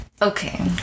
Okay